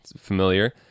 familiar